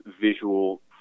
visual